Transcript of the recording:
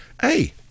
hey